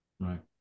Right